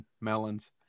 Melons